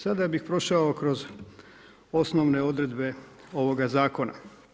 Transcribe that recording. Sada bih prošao kroz osnovne odredbe ovoga zakona.